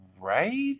right